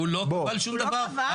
הוא לא כבל שום דבר.